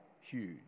huge